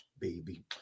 baby